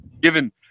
Given